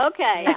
Okay